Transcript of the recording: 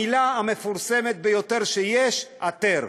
המילה המפורסמת שיש: "התר".